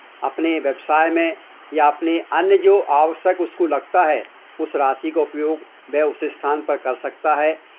अपने व्यवसाय में या अपने अन्य जो आवश्यक उसको लगता है उस राशि का उपयोग वह उस स्थान पर कर सकता है